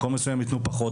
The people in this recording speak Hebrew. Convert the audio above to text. מקום מסוים יתנו פחות,